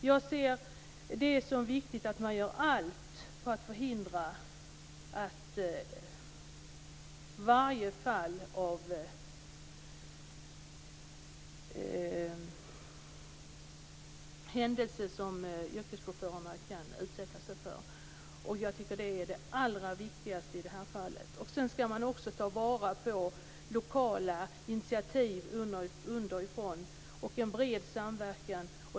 Jag ser det som viktigt att man gör allt för att förhindra varje händelse av detta slag som yrkeschaufförerna kan utsättas för, och jag tycker att det är det allra viktigaste i det här fallet. Dessutom skall man ta vara på lokala initiativ underifrån och en bred samverkan.